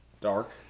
dark